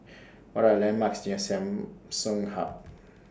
What Are The landmarks near Samsung Hub